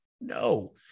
No